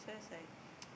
so it's like